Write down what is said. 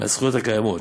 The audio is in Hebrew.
מהזכויות הקיימות,